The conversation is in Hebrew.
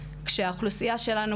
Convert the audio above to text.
כשהאוכלוסייה שלנו,